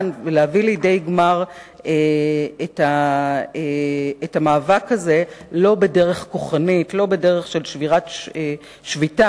ולהביא לידי גמר את המאבק הזה לא בדרך כוחנית ולא בדרך של שבירת שביתה,